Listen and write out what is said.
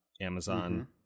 Amazon